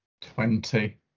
Twenty